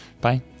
Bye